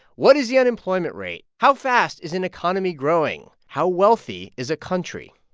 what is the unemployment rate? how fast is an economy growing? how wealthy is a country?